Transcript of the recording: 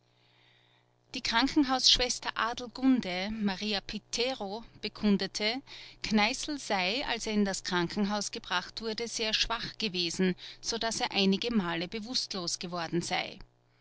die krankenhausschwester adelgunde maria pittero bekundete kneißl sei als er in das krankenhaus gebracht wurde sehr schwach gewesen so daß er einige male bewußtlos geworden sei